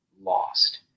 lost